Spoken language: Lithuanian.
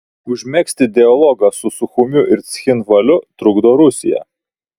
užmegzti dialogą su suchumiu ir cchinvaliu trukdo rusija